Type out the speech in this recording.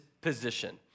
position